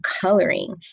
coloring